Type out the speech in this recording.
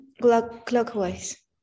clockwise